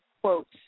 quotes